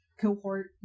cohort